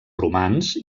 romans